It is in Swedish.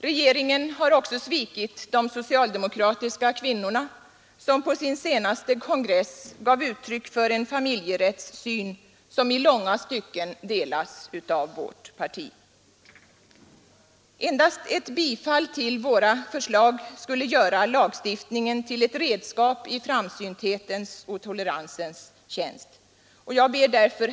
Regeringen har också svikit de socialdemokratiska kvinnorna, som på sin senaste kongress gav uttryck för en familjerättssyn som i långa stycken delas av vårt parti. Endast ett bifall till våra förslag skulle göra lagstiftningen till ett redskap i framsynthetens och toleransens tjänst. Herr talman!